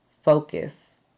focus